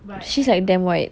but I don't know